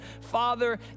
Father